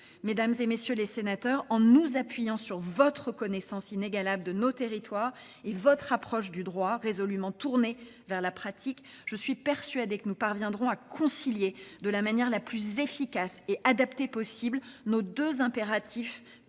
Mesdames et messieurs les sénateurs, en nous appuyant sur votre reconnaissance inégalable de nos territoires et votre approche du droit résolument tournée vers la pratique, je suis persuadée que nous parviendrons à concilier de la manière la plus efficace et adaptée possible nos deux impératifs,